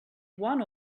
one